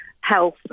health